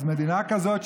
אז מדינה כזאת,